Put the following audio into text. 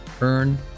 Earn